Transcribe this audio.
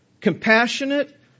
compassionate